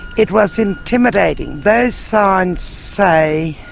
it was intimidating. those signs say